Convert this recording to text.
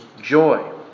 joy